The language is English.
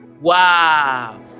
Wow